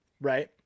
right